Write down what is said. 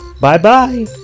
bye-bye